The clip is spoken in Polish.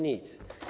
Nic.